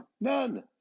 none